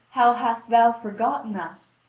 how hast thou forgotten us!